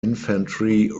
infantry